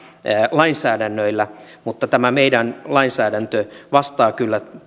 lainsäädännöillä mutta tämä meidän lainsäädäntö vastaa kyllä